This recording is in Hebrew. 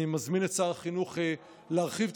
אני מזמין את שר החינוך להרחיב את